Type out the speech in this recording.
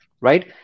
right